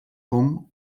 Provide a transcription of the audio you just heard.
com